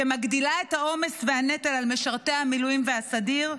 שמגדילה את העומס והנטל על משרתי המילואים והסדיר,